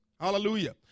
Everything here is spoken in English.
Hallelujah